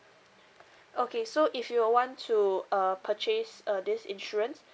okay so if you would want to uh purchase uh this insurance